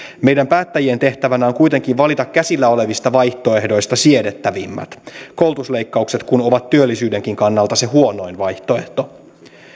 meidän päättäjien tehtävänä on kuitenkin valita käsillä olevista vaihtoehdoista siedettävimmät koulutusleikkaukset kun ovat työllisyydenkin kannalta se huonoin vaihtoehto